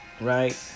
Right